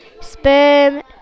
sperm